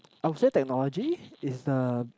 I'll say technology is the